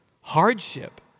hardship